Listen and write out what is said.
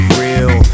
real